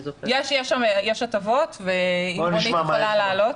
יש הטבות, ואם רונית יכולה לעלות.